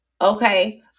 Okay